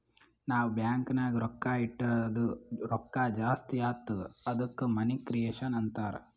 ನಾವ್ ಬ್ಯಾಂಕ್ ನಾಗ್ ರೊಕ್ಕಾ ಇಟ್ಟುರ್ ಅದು ರೊಕ್ಕಾ ಜಾಸ್ತಿ ಆತ್ತುದ ಅದ್ದುಕ ಮನಿ ಕ್ರಿಯೇಷನ್ ಅಂತಾರ್